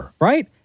right